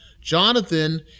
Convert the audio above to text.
Jonathan